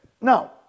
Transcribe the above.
Now